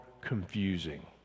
confusing